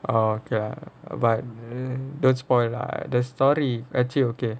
okay but don't spoil lah the story actually okay